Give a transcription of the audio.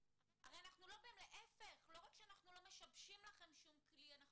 לא רק שאנחנו לא משבשים לכם שום כלי אלא